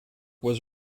was